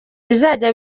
bizajya